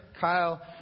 Kyle